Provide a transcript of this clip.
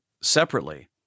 separately